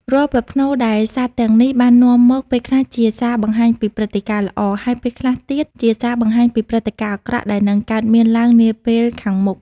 រាល់ប្រផ្នូលដែលសត្វទាំងនេះបាននាំមក ពេលខ្លះជាសារបង្ហាញពីព្រឹត្តិការណ៍ល្អ ហើយពេលខ្លះទៀតជាសារបង្ហាញពីព្រឹត្តិការណ៍អាក្រក់ដែលនឹងកើតមានឡើងនាពេលខាងមុខ។